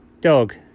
Dog